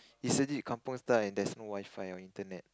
is indeed kampung style and there's no WiFi or internet